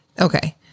okay